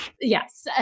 Yes